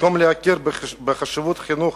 במקום להכיר בחשיבות החינוך